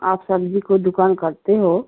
आप सब्ज़ी की दुकान करते हो